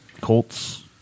Colt's